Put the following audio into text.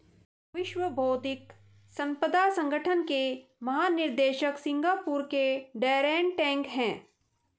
विश्व बौद्धिक संपदा संगठन के महानिदेशक सिंगापुर के डैरेन टैंग हैं